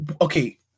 okay